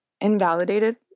invalidated